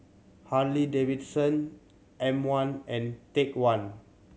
Harley Davidson M One and Take One